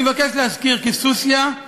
אני מבקש להזכיר כי סוסיא,